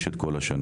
יש את כל השנה.